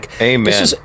Amen